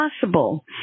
possible